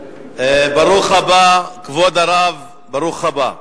ברוך הבא, כבוד הרב, ברוך הבא.